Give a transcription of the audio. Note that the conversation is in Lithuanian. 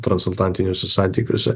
transatlantiniuose santykiuose